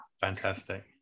Fantastic